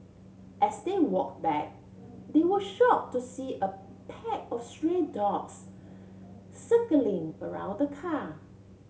as they walk back they were shock to see a pack of stray dogs circling around the car